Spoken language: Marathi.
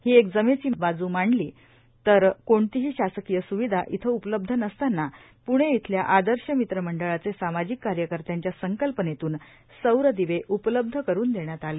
ही एक जमेची बाजू सोडली तर कोणतीही शासकीय सुविधा येथे उपलब्ध नसताना पुणे येथील आदर्श मित्र मंडळाचे सामाजिक कार्यकत्यांच्या संकल्पनेतून सौर दिवे उपलब्ध करुन देण्यात आले